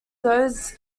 those